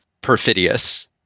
perfidious